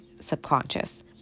subconscious